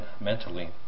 mentally